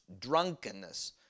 drunkenness